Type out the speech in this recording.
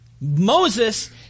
Moses